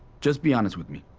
just be honest with me,